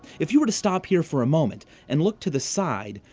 if you were to stop here for a moment and look to the side,